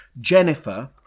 Jennifer